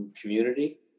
community